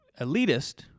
elitist